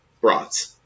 brats